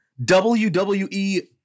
WWE